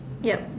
ya